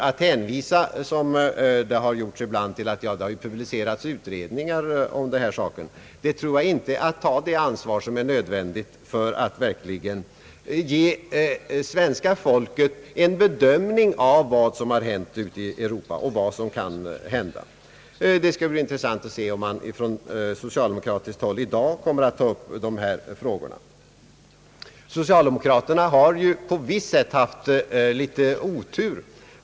Att — såsom gjorts ibland — hänvisa till att det har publicerats utredningar om denna sak, är inte att ta det ansvar som är nödvändigt för att verkligen ge svenska folket en bedömning av vad som har hänt ute i Europa och vad som kan hända. Det skall bli intressant att se, om man från socialdemokratiskt håll i dag kommer att ta upp dessa frågor. Socialdemokraterna har på visst sätt haft en smula otur.